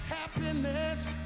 happiness